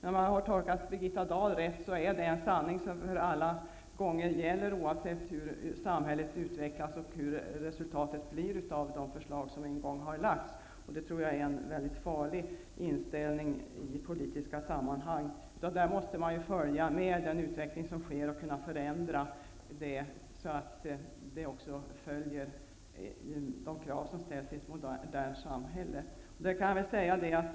Om jag har tolkat Birgitta Dahl rätt är det en sanning som gäller en gång för alla oavsett hur samhället utvecklas och oavsett hur resultatet blir av de förslag som en gång har lagts fram. Det tror jag är en mycket farlig inställning i politiska sammanhang. Man måste följa med den utveckling som sker och kunna göra förändringar, så att de krav som ställs i ett modernt samhälle uppfylls.